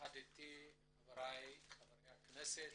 יחד איתי חבריי חבר הכנסת